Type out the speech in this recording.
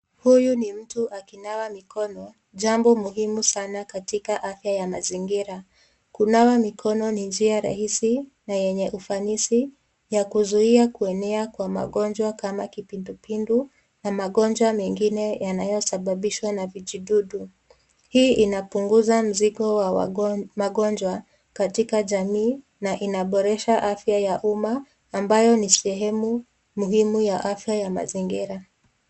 Huyu ni mtu akinawa mikono, jambo muhimu sana katika afya ya mazingira. Kunawa mikono ni njia rahisi na yenye ufanisi ya kuzuia kuenea kwa magonjwa kama kipindupindu na magonjwa mengine yanayosababishwa na vijidudu. Hii inapunguza mzigo wa magonjwa katika jamii na inaboresha afya ya umma ambayo ni sehemu muhimu ya afya ya mazingira.